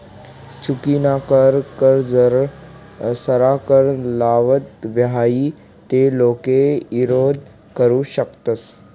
चुकीनाकर कर जर सरकार लावत व्हई ते लोके ईरोध करु शकतस